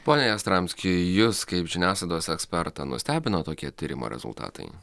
pone jastramski jus kaip žiniasklaidos ekspertą nustebino tokie tyrimo rezultatai